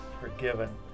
forgiven